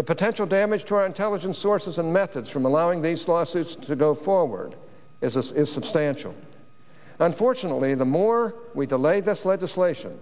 the potential damage to our intelligence sources and methods from allowing these lawsuits to go forward as this is substantial unfortunately the more we delay this legislation